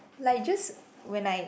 like just when I